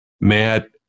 Matt